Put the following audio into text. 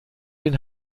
den